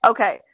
Okay